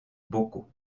bocaux